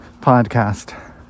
podcast